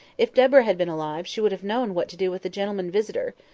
if deborah had been alive she would have known what to do with a gentleman visitor.